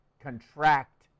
contract